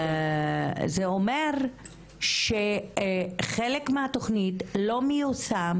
זה אומר שחלק מהתוכנית לא מיושם